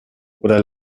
oder